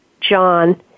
John